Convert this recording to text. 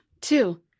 Two